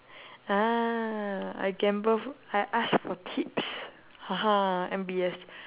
ah I gamble fr~ I ask for tips N_B_S